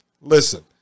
Listen